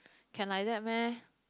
can like that meh